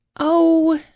oh,